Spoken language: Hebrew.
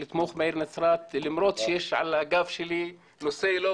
לתמוך בעיר נצרת למרות שיש על הגב שלי נושא לא